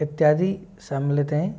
इत्यादि समिलित है